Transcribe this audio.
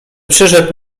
przyszedł